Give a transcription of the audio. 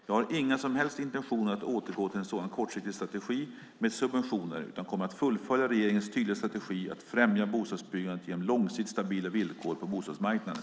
Jag har inga som helst intentioner att återgå till en sådan kortsiktig strategi med subventioner, utan kommer att fullfölja regeringens tydliga strategi att främja bostadsbyggandet genom långsiktigt stabila villkor på bostadsmarknaden.